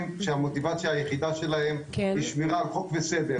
שהמוטיבציה היחידה שלהם היא שמירה על חוק וסדר.